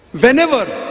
whenever